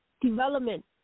development